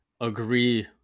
agree